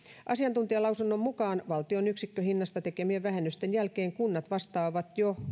asiantuntijalausunnon mukaan valtion yksikköhinnasta tekemien vähennysten jälkeen kunnat vastaavat jo